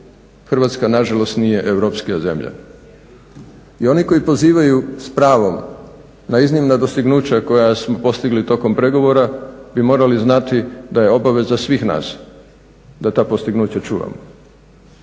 Hrvatska nažalost nije europskija zemlja. I oni koji pozivaju s pravom na iznimna dostignuća koja smo postigli tokom pregovora bi morali znati da je obaveza svih nas da ta postignuća čuvamo.